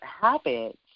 habits